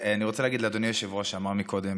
אני רוצה להגיד לאדוני היושב-ראש, שאמר קודם: